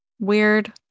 weird